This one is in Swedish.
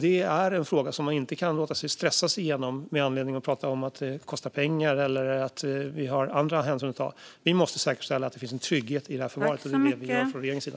Det är en fråga man inte kan låta sig stressas igenom genom prat om att det kostar pengar eller att vi har andra hänsyn att ta. Vi måste säkerställa att det finns en trygghet i förvaret, och det är det vi gör från regeringens sida.